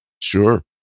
Sure